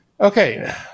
Okay